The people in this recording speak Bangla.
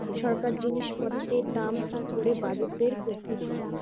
সরকার জিনিস পত্রের দাম ঠিক করে বাজেট বের করতিছে